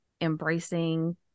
embracing